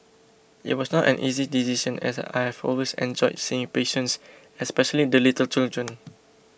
it was not an easy decision as I have always enjoyed seeing patients especially the little children